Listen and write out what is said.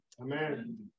Amen